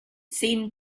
seemed